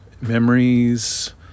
memories